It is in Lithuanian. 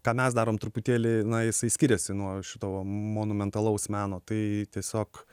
ką mes darom truputėlį na jisai skiriasi nuo šito monumentalaus meno tai tiesiog